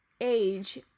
age